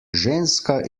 ženska